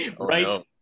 Right